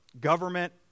government